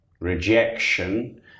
rejection